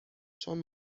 چون